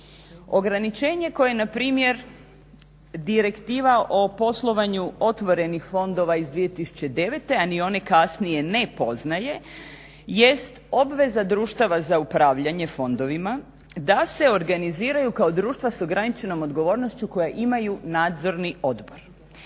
Ograničenje koje npr. direktiva o poslovanju otvorenih fondova iz 2009., a ni one kasnije ne poznaje jest obveza društava za upravljanje fondovima da se organiziraju kao društva s ograničenom odgovornošću koja imaju nadzorni odbor.